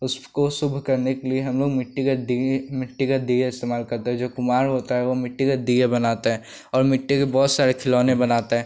उसको शुभ करने के लिए हम लोग मिट्टी के दिए मिट्टी के दिये इस्तेमाल करते हैं जो कुम्हार होता है वह मिट्टी के दिये बनाता है और मिट्टी के बहुत सारे खिलौने बनाता है